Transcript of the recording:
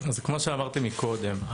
אז כמו שאמרתי מקודם,